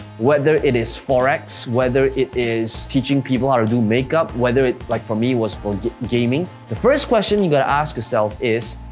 whether it is forex, whether it is teaching people how to do makeup, whether it, like for me, was for gaming, the first question you gotta ask yourself is,